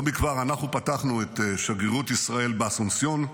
לא מכבר אנחנו פתחנו את שגרירות ישראל באסונסיון,